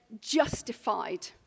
justified